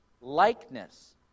likeness